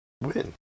win